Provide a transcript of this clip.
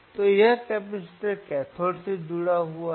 तो यह capacitor cathode से जुड़ा हुआ है